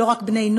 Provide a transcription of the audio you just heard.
לא רק בני-נוער,